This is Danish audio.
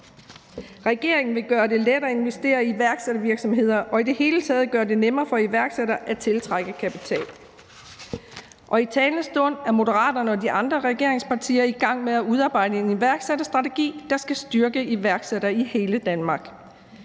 Regeringen vil gøre det lettere at investere i iværksættervirksomheder og i det hele taget gøre det nemmere for iværksættere at tiltrække kapital. I talende stund er Moderaterne og de andre regeringspartier i gang med at udarbejde en iværksætterstrategi, der skal styrke iværksættere i hele Danmark.